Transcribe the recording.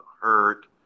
hurt